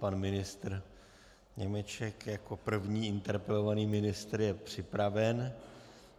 Pan ministr Němeček jako první interpelovaný ministr je připraven,